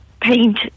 paint